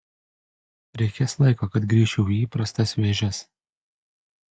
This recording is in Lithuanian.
reikės laiko kad grįžčiau į įprastas vėžes